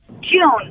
June